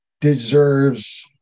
deserves